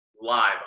live